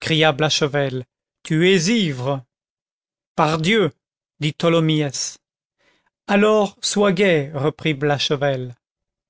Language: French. cria blachevelle tu es ivre pardieu dit tholomyès alors sois gai reprit blachevelle